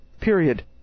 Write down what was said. Period